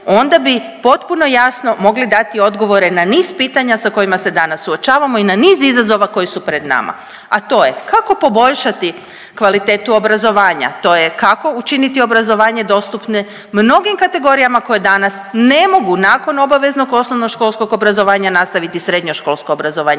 onda bi potpuno jasno mogli dati odgovore na niz pitanja sa kojima se danas suočavamo i na niz izazova koji su pred nama, a to je kako poboljšati kvalitetu obrazovanja, to je kako učiniti obrazovanje dostupne mnogim kategorijama koje danas ne mogu nakon obaveznog osnovnoškolskog obrazovanja nastaviti srednjoškolsko obrazovanje,